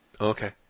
Okay